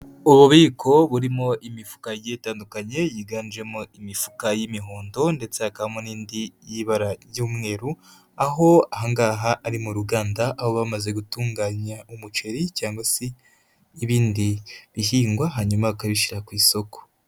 Ububiko burimo imifuka igiye itandukanye yiganjemo imifuka y'imihondo ndetse hakamo n'indi y'ibara ry'umweru, aho aha ngaha ari mu ruganda, aho baba bamaze gutunganya umuceri cyangwa se ibindi bihingwa hanyuma bakabishyira ku isoko.